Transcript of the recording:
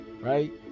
right